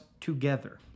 together